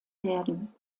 werden